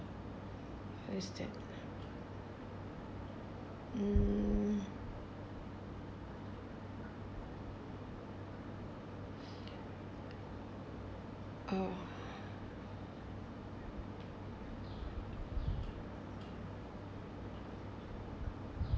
mm oh